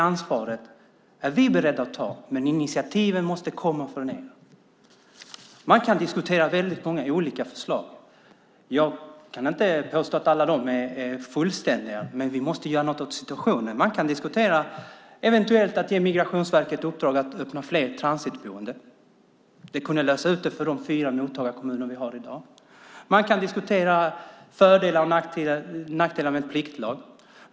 Ansvaret är vi beredda att ta, men initiativen måste komma från er. Man kan diskutera väldigt många olika förslag. Jag kan inte påstå att alla är fullständiga, men vi måste göra något åt situationen. Man kan diskutera att eventuellt ge Migrationsverket i uppdrag att öppna fler transitboenden. Det skulle kunna lösa ut det för de fyra mottagarkommuner vi har i dag. Man kan diskutera för och nackdelar med en pliktlag.